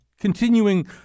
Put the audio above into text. continuing